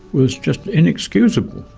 was just inexcusable.